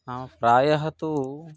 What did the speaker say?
नाम प्रायः तु